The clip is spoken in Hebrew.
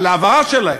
על העברה שלהם.